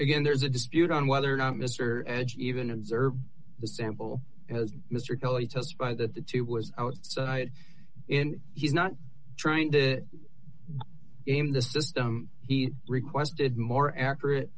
again there's a dispute on whether or not mr edge even observed the sample as mr kelly testify that the tube was outside in he's not trying to game the system he requested more accurate